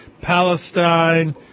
Palestine